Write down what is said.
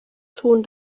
tun